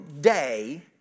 day